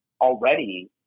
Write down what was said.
already